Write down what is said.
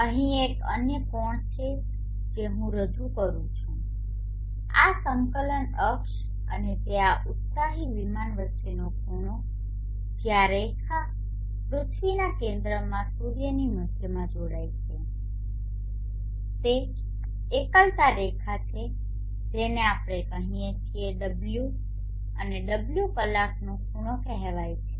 અહીં એક અન્ય કોણ છે જે હું રજૂ કરવા જઇ રહ્યો છું આ સંકલન અક્ષ અને તે આ ઉત્સાહી વિમાન વચ્ચેનો ખૂણો જે આ રેખા પૃથ્વીના કેન્દ્રમાં સૂર્યની મધ્યમાં જોડાય છે તે એકલતા રેખા છે જેને આપણે કહીએ છીએ ω અને ω કલાકનો ખૂણો કહેવામાં આવે છે